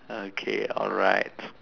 okay alright